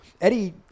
Eddie